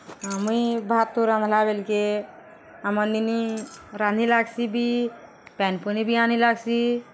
ମୁଇଁ ଭାତ୍ ତୁନ୍ ରାନ୍ଧଲା ବେଲ୍କେ ଆମର୍ ନିନି ରାନ୍ଧି ଲାଗ୍ସି ବି ପାଏନ୍ ପୁନି ବି ଆନି ଲାଗ୍ସି